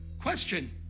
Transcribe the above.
Question